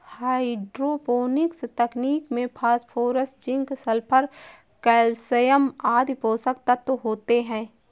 hydroponics तकनीक में phosphorus, zinc, sulphur, calcium आदि पोषक तत्व होते है